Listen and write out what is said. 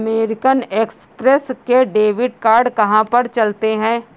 American Express के debit card कहाँ पर चलते हैं?